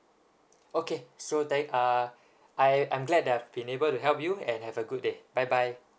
okay so then uh I I'm glad that I have been able to help you and have a good day bye bye